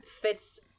fits